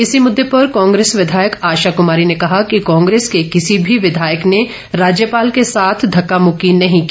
इसी मुद्दे पर कांग्रेस विधायक आशा कमारी ने कहा कि कांग्रेस के किसी भी विधायक ने राज्यपाल के साथ धक्का मुक्की नहीं की